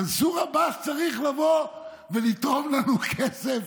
מנסור עבאס צריך לבוא ולתרום לנו כסף?